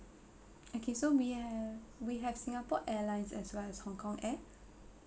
okay so we have we have singapore airlines as well as hong-kong air